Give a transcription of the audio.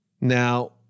Now